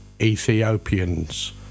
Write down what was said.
Ethiopians